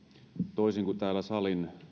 toisin kuin täällä salin